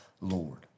Lord